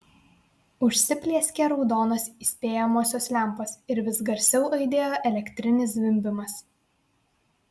užsiplieskė raudonos įspėjamosios lempos ir vis garsiau aidėjo elektrinis zvimbimas